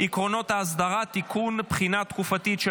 עקרונות האסדרה (תיקון) (בחינה תקופתית של